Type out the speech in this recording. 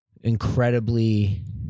incredibly